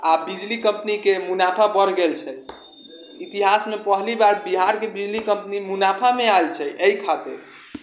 आओर बिजली कम्पनीके मुनाफा बढ़ि गेल छै इतिहासमे पहली बार बिहारके बिजली कम्पनी मुनाफामे आएल छै एहि खातिर